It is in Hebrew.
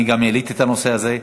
אני גם העליתי את הנושא הזה,